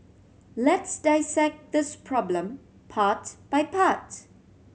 let's dissect this problem part by part